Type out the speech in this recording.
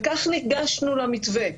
וכך ניגשנו למתווה,